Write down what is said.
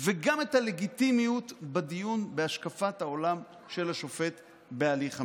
וגם את הלגיטימיות בדיון בהשקפת העולם של השופט בהליך המינוי.